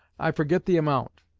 i forget the amount,